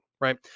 right